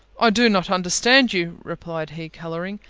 i do not understand you, replied he, colouring.